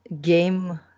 game